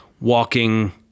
walking